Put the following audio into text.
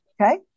okay